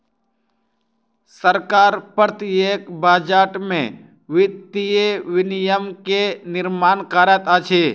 सरकार प्रत्येक बजट में वित्तीय विनियम के निर्माण करैत अछि